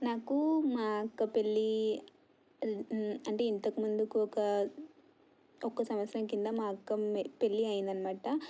నాకు మా అక్క పెళ్ళి అంటే ఇంతకు ముందుకు ఒక ఒక సంవత్సరం క్రింద మా అక్కపెళ్ళి అయ్యిందన్నమాట